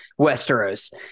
Westeros